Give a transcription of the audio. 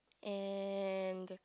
and